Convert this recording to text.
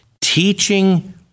teaching